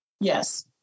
Yes